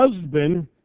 husband